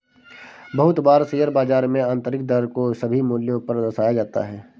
बहुत बार शेयर बाजार में आन्तरिक दर को सभी मूल्यों पर दर्शाया जाता है